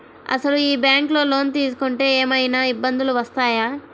అసలు ఈ బ్యాంక్లో లోన్ తీసుకుంటే ఏమయినా ఇబ్బందులు వస్తాయా?